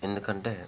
ఎందుకంటే